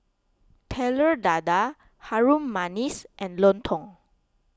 Telur Dadah Harum Manis and Lontong